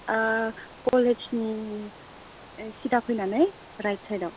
ओ कलेज नि सिदा फैनानै रायट सायदाव